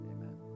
amen